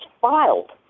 filed